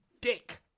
dick